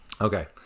Okay